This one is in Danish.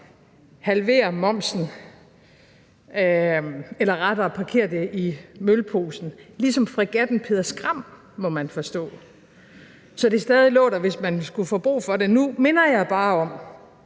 halvere momsen eller rettere parkere det i mølposen, ligesom fregatten »Peder Skram«, må man forstå, så det stadig lå der, hvis man skulle få brug for det. Nu minder jeg bare om